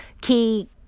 key